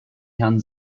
herrn